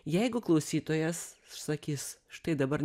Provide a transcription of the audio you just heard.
jeigu klausytojas sakys štai dabar